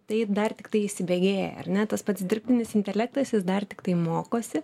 tai dar tiktai įsibėgėja ar ne tas pats dirbtinis intelektas jis dar tiktai mokosi